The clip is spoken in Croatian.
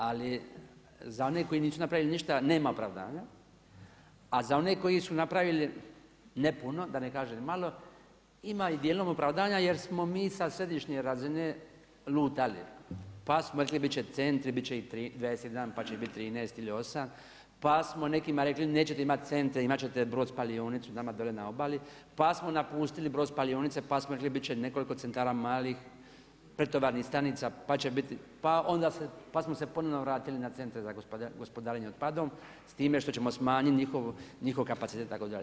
Ali za one koji nisu napravili ništa nema opravdanja, a za one koji su napravili ne puno da ne kažem malo, ima i dijelom opravdanja jer smo mi sa središnje razine lutali pa smo rekli bit će centri, bit će ih 21, pa će ih biti 13 ili 8 pa smo nekima rekli nećete imati centre, imat ćete brod spalionicu nama dolje na obali, pa smo napustili brod spalionice pa smo rekli bit će nekoliko centara malih pretovarnih stanica, pa smo se ponovo vratili na centre za gospodarenje otpadom s time što ćemo smanjiti njihov kapacitet itd.